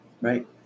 Right